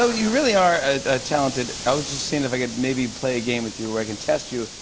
so you really are ah talented. i was just seeing if i could maybe play a game with you where i can test you.